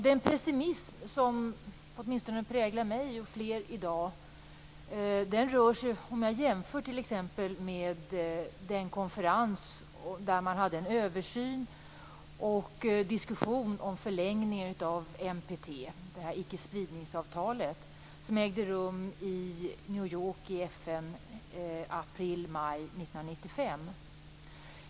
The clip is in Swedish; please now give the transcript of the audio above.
Den pessimism som åtminstone präglar mig och fler i dag kommer fram när jag jämför med den konferens där man hade en översyn och diskussion om förlängningen av NPT, det här icke-spridningsavtalet. Den konferensen ägde rum i New York i FN i aprilmaj 1995.